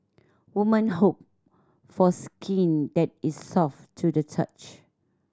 woman hope for skin that is soft to the touch